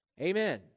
Amen